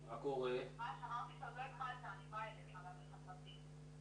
אנחנו מחדשים את הדיון בהצעת חוק מענק הסתגלות מיוחד לבני 67 ומעלה.